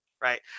right